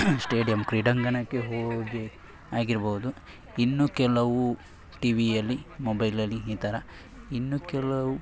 stadium ಕ್ರೀಡಾಂಗಣಕ್ಕೆ ಹೋಗಿ ಆಗಿರ್ಬೌದು ಇನ್ನು ಕೆಲವು ಟಿ ವಿಯಲ್ಲಿ ಮೊಬೈಲಲ್ಲಿ ಈ ಥರ ಇನ್ನು ಕೆಲವು